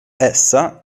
essa